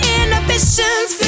inhibitions